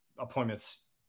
appointments